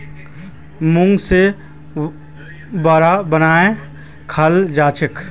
मूंग से वड़ा बनएयों खाल जाछेक